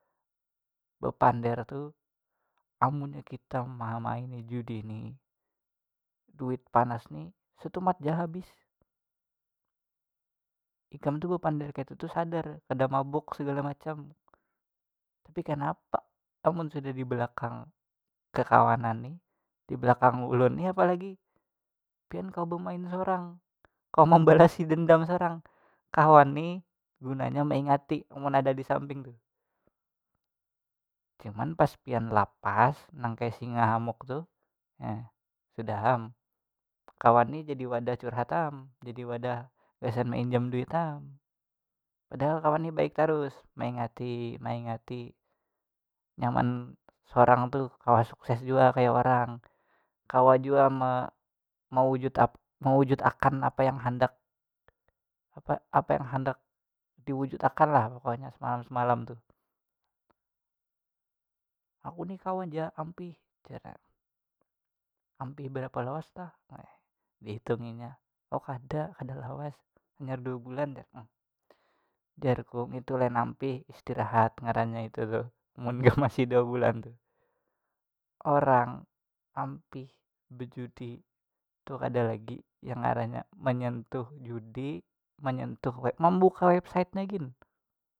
Bepader tu amunnya kita mamaini judi nih duit panas ni satumat ja habis ikam tu bapander kayatu tu sadar kada mabuk sagala macam tapi kenapa amun sudah dibalakang kakawanan nih dibalakang ulun ni apalagi pian kawa bemain sorang kawa membalasi dendam sorang, kawan ni gunanya maingati amun ada disamping tu, cuman pas pian lapas nang kaya singa hamuk tu sudah am, kawan ni jadi wadah curhat am jadi wadah gasan mainjam duit am, padahal kawan ni baik tarus maingati maingati nyaman sorang tu kawa sukses jua kaya orang kawa jua me- mewujud- mewujud akan apa yang handak apa apa yang handak diwujud akan lah pokoknya semalam semalam tuh, aku ni kawa ja ampih jarnya ampih berapa lawas kah dihitunginya oh kada kada lawas hanyar dua bulan jar eh jarku ngintu lain ampih isitrahat ngarannya itu tu amun kam masih dua bulan tuh, orang ampih bejudi tu kada lagi yang ngarannya menyentuh judi menyentuh mambuka websitenya gin.